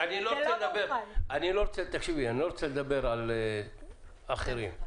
אני לא רוצה לדבר על אחרים.